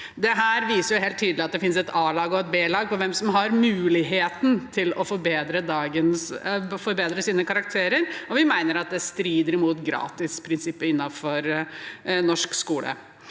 Dette viser helt tydelig at det finnes et a-lag og et b-lag når det gjelder hvem som har muligheten til å forbedre sine karakterer, og vi mener at det strider mot gratisprinsippet innenfor norsk skole.